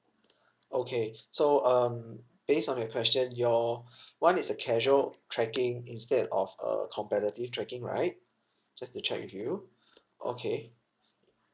okay so um based on your question your one is a casual trekking instead of a competitive trekking right just to check with you okay